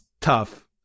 tough